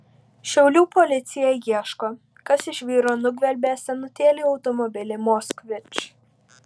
šiaulių policija ieško kas iš vyro nugvelbė senutėlį automobilį moskvič